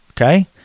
Okay